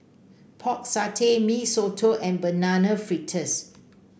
Pork Satay Mee Soto and Banana Fritters